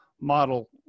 Model